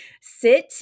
Sit